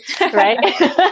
right